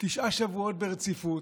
תשעה שבועות ברציפות.